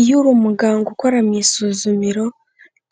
Iyo uri umuganga ukora mu isuzumiro,